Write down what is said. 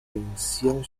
tensión